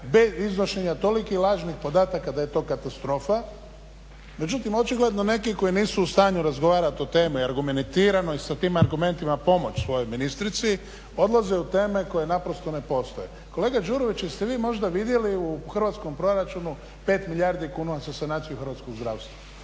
iznošenja tolikih lažnih podataka da je to katastrofa. Međutim očigledno neki koji nisu u stanju razgovarat o temi i argumentirano i sa tim argumentima pomoći svojoj ministrici odlaze u teme koje naprosto ne postoje. Kolega Đurović, jeste vi možda vidjeli u hrvatskom proračunu 5 milijardi kuna za sanaciju hrvatskog zdravstva.